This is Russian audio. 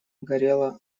горела